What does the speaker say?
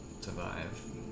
survive